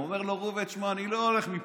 אומר לו ראובן: תשמע, אני לא הולך מפה.